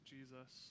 Jesus